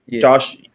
Josh